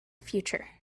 future